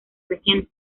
creciendo